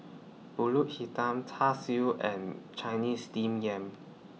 Pulut Hitam Char Siu and Chinese Steamed Yam